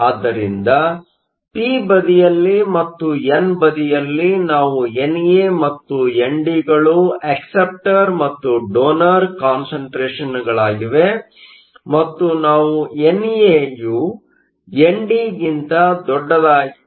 ಆದ್ದರಿಂದ ಪಿ ಬದಿಯಲ್ಲಿ ಮತ್ತು ಎನ್ ಬದಿಯಲ್ಲಿ ನಾವು ಎನ್ ಎ ಮತ್ತು ಎನ್ ಡಿ ಗಳು ಅಕ್ಸೆಪ್ಟರ್ ಮತ್ತು ಡೋನರ್ ಕಾನ್ಸಂಟ್ರೇಷನ್ ಗಳಾಗಿವೆ ಮತ್ತು ನಾವು NA ND ಅನ್ನು ಹೊಂದಿದ್ದೇವೆ